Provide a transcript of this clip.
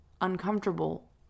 uncomfortable